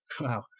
wow